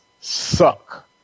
suck